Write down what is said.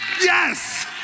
yes